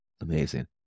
Amazing